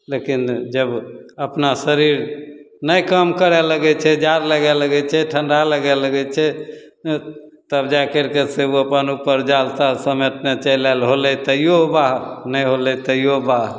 लेकिन जब अपना शरीर नहि काम करै लागै छै जाड़ लागै लागै छै ठण्डा लागै लागै छै तब जा करिकेसे ओ अप्पन उपर जालताल समेटने चलि आएल होलै तैओ वाह नहि होलै तैओ वाह